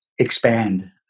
Expand